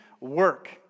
work